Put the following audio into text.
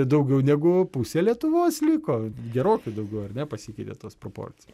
daugiau negu pusė lietuvos liko gerokai daugiau ar ne pasikeitė tos proporcijo